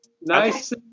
Nice